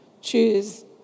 choose